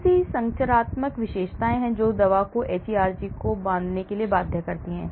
कौन सी संरचनात्मक विशेषताएं हैं जो दवा को hERG को बांधने के लिए बाध्य करती हैं